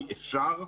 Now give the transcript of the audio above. כי אפשר.